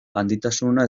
handitasuna